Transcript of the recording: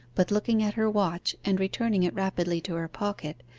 but looking at her watch, and returning it rapidly to her pocket,